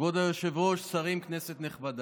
כבוד היושב-ראש, שרים, כנסת נכבדה,